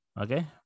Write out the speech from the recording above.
Okay